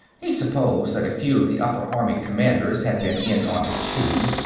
he supposed that a few of the upper army commanders had been in on it, too.